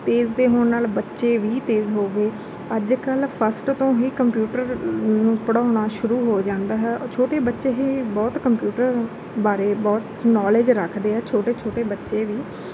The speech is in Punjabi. ਤੇਜ਼ ਦੇ ਹੋਣ ਨਾਲ ਬੱਚੇ ਵੀ ਤੇਜ਼ ਹੋ ਗਏ ਅੱਜ ਕੱਲ੍ਹ ਫਸਟ ਤੋਂ ਹੀ ਕੰਪਿਊਟਰ ਨੂੰ ਪੜ੍ਹਾਉਣਾ ਸ਼ੁਰੂ ਹੋ ਜਾਂਦਾ ਹੈ ਛੋਟੇ ਬੱਚੇ ਹੀ ਬਹੁਤ ਕੰਪਿਊਟਰ ਬਾਰੇ ਬਹੁਤ ਨੋਲੇਜ ਰੱਖਦੇ ਆ ਛੋਟੇ ਛੋਟੇ ਬੱਚੇ ਵੀ